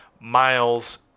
miles